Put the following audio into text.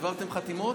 העברתם חתימות?